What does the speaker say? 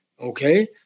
okay